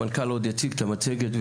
המנכ"ל עוד יציג את המצגת,